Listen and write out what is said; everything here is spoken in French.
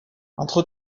entre